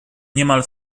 niemal